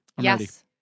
Yes